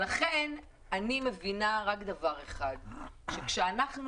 לכן אני מבינה רק דבר אחד והוא שכאשר אנחנו